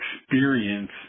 experience